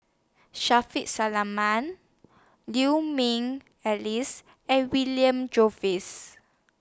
Shaffiq Selamat Liu Ming Ellis and William Jervois